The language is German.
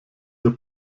der